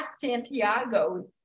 Santiago